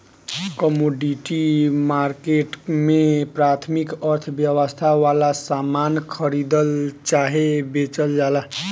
commodity market में प्राथमिक अर्थव्यवस्था वाला सामान खरीदल चाहे बेचल जाला